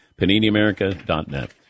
PaniniAmerica.net